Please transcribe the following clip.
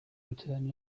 return